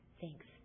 Thanks